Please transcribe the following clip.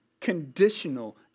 conditional